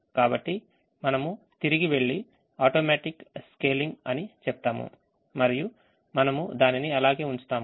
కాబట్టి మనము తిరిగి వెళ్లి ఆటోమేటిక్ స్కేలింగ్ అని చెప్తాము మరియు మనము దానిని అలాగే ఉంచుతాము